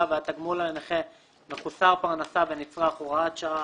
והתגמול לנכה מחוסר פרנסה ונצרך) (הוראת שעה),